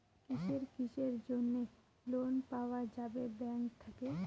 কিসের কিসের জন্যে লোন পাওয়া যাবে ব্যাংক থাকি?